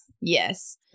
Yes